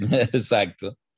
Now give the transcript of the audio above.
exacto